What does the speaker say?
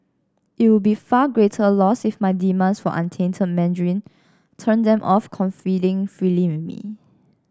it would be far greater loss if my demands for untainted Mandarin turned them off confiding freely in me